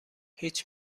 هیچ